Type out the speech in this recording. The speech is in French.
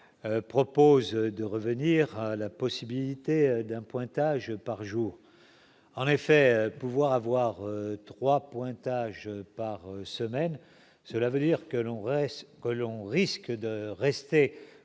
propose de revenir à la possibilité d'un pointage par jour en effet pouvoir avoir 3 pointages par semaine, cela veut dire que l'on reste